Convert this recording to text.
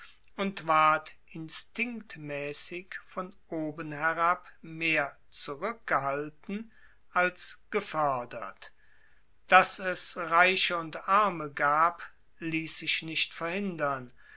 und ward instinktmaessig von oben herab mehr zurueckgehalten als gefoerdert dass es reiche und arme gab liess sich nicht verhindern